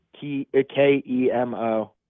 K-E-M-O